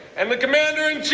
and the commander in chief,